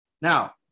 Now